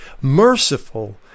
merciful